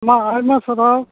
ᱢᱟ ᱟᱭᱢᱟ ᱥᱟᱨᱦᱟᱣ